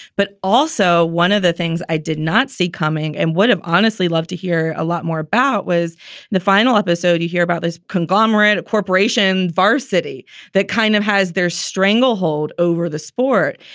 but also one of the things i did not see coming. and what i've honestly love to hear a lot more about was the final episode you hear about this conglomerate of corporation varsity that kind of has their stranglehold over the sport.